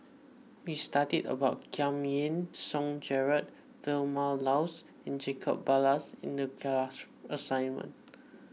we studied about Giam Yean Song Gerald Vilma Laus and Jacob Ballas in the class assignment